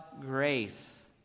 grace